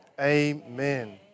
Amen